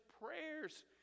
prayers